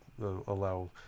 allow